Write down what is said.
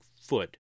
foot